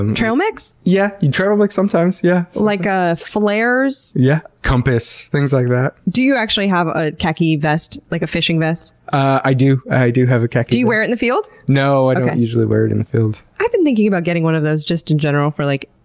um trail mix? yeah, trail mix sometimes. yeah like ah flares? yeah, compass, things like that. do you actually have a khaki vest, like a fishing vest? i do, i do have a khaki vest. do you wear it in the field? no, i don't usually wear it in the field. i've been thinking about getting one of those just in general for, like,